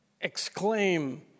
exclaim